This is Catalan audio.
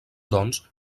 doncs